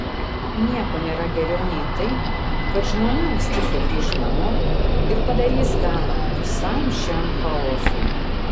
nieko nėra geriau nei tai kad žmona anksti sugrįš namo ir padarys galą visam šiam chaosui